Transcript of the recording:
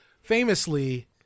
famously